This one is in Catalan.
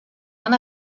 van